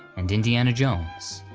and indiana jones.